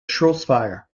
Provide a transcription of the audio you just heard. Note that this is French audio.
shropshire